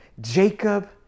Jacob